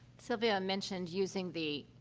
sylvia mentioned using the,